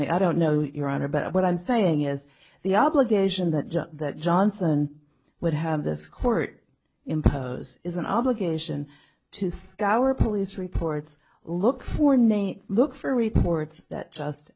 me i don't know your honor but what i'm saying is the obligation that judge johnson would have this court impose is an obligation to scour police reports look for names look for reports that just